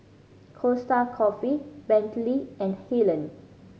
Costa Coffee Bentley and Helen